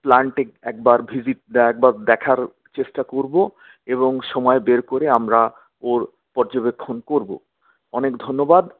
প্ল্যান্টে একবার ভিজিট বা একবার দেখার চেষ্টা করবো এবং সময় বের করে আমরা ওর পর্যবেক্ষন করবো অনেক ধন্যবাদ